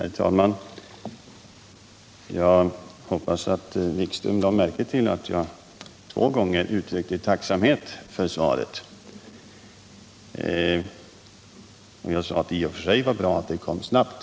Herr talman! Jag hoppas att Jan-Erik Wikström lade märke till att jag två gånger uttryckte tacksamhet över svaret. Jag sade att det var bra att det kom snabbt.